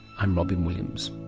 i'm robyn williams